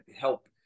help